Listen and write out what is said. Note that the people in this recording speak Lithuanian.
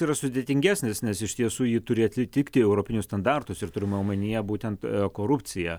yra sudėtingesnis nes iš tiesų ji turi atitikti europinius standartus ir turima omenyje būtent korupcija